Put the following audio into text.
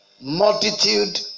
Multitude